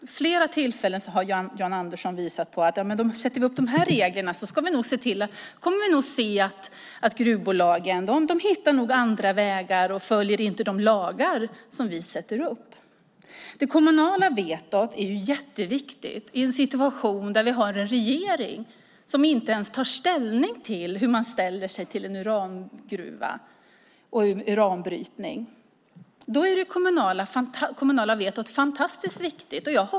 Vid flera tillfällen har Jan Andersson ansett att om vi sätter upp de och de reglerna kommer vi nog att få se hur gruvbolagen hittar andra vägar och inte följer de lagar som vi sätter upp. Det kommunala vetot är jätteviktigt. I en situation med en regering som inte tar ställning, inte talar om hur man ställer sig till en urangruva och uranbrytning, är det kommunala vetot oerhört viktigt.